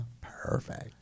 perfect